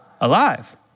Alive